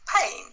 pain